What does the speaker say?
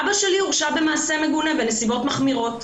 אבא שלי הורשע במעשה מגונה בנסיבות מחמירות.